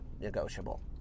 negotiable